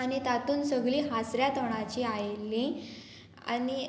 आनी तातूंत सगलीं हांसऱ्या तोंडाची आयिल्ली आनी